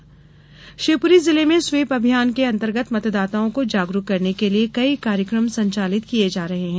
SVEEP अभियान शिवपुरी जिले में स्वीप अभियान के अंतर्गत मतदाताओं को जागरूक करने के लिए कई कार्यक्रम संचालित किए जा रहे हैं